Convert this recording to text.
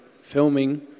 filming